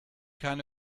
kind